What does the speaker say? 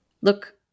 Look